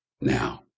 now